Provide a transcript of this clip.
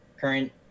current